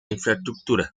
infraestructura